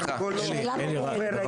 יש כל כך הרבה שיטות גמילה.